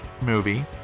movie